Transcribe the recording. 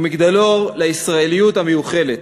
הוא מגדלור לישראליות המיוחלת,